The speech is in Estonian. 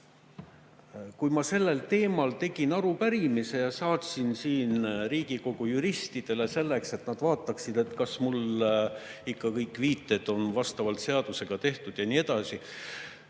Kui ma sellel teemal tegin arupärimise ja saatsin siin Riigikogu juristidele, selleks et nad vaataksid, kas mul ikka kõik viited on vastavalt seadusele tehtud ja nii edasi,